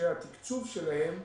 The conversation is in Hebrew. שהתקצוב שלהם,